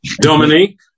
Dominique